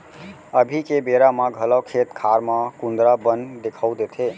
अभी के बेरा म घलौ खेत खार म कुंदरा मन देखाउ देथे